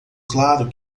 claro